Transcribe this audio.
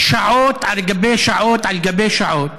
שעות על גבי שעות על גבי שעות,